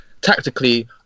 tactically